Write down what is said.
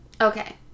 Okay